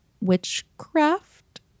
witchcraft